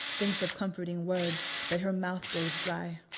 thinks of comforting words, but her mouth goes dry.